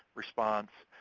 response,